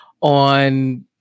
on